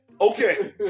Okay